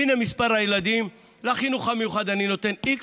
הינה מספר הילדים, לחינוך המיוחד אני נותן x,